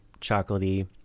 chocolatey